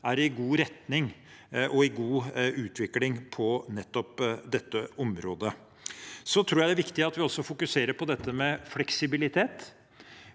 en god retning og er i en god utvikling på nettopp dette området. Så tror jeg det er viktig at vi også fokuserer på dette med fleksibilitet.